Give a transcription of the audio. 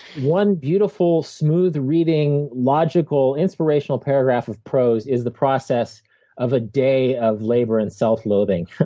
one beautiful smooth reading, logical, inspirational paragraph of prose is the process of a day of labor and self-loathing.